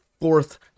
fourth